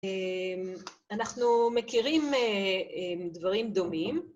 אנחנו מכירים דברים דומים.